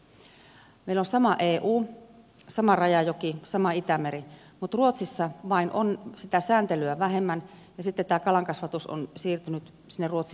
meillä on sama eu sama rajajoki sama itämeri mutta ruotsissa vain on sitä sääntelyä vähemmän ja sitten tämä kalankasvatus on siirtynyt sinne ruotsin puolelle